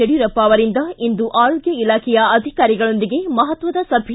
ಯಡಿಯೂರಪ್ಪ ಅವರಿಂದ ಇಂದು ಆರೋಗ್ಯ ಇಲಾಖೆಯ ಅಧಿಕಾರಿಗಳೊಂದಿಗೆ ಮಹತ್ವದ ಸಭೆ